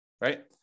Right